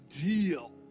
deal